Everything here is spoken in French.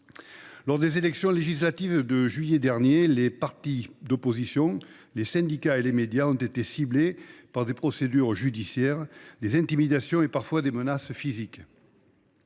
Lors des élections législatives du mois de juillet dernier, les partis d’opposition, les syndicats et les médias ont été ciblés par des procédures judiciaires, des intimidations et, parfois, des menaces physiques…